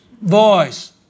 voice